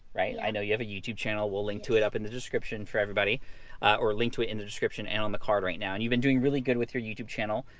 right? yeah. i know you have a youtube channel. we'll link to it up in the description for everybody or link to it in the description and on the card right now. and you've been doing really good with your youtube channel.